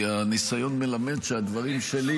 כי הניסיון מלמד שהדברים שלי